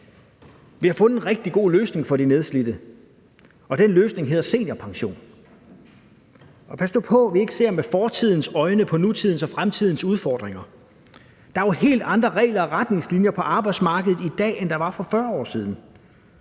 Vi har fundet en rigtig god løsning for de nedslidte, og den løsning hedder seniorpension. Pas nu på, at vi ikke ser med fortidens øjne på nutidens og fremtidens udfordringer. Der er jo helt andre regler og retningslinjer på arbejdsmarkedet i dag, end der var for 40 år siden.